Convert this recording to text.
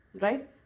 right